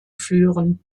führen